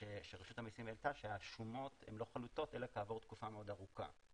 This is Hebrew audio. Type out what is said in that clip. שרשות המיסים העלתה שהשומות אינן חלוטות אלא כעבור תקופה מאוד ארוכה.